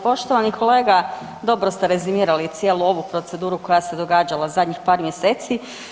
Poštovani kolega, dobro ste rezimirali cijelu ovu proceduru koja se događala zadnjih par mjeseci.